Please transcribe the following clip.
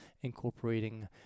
incorporating